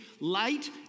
light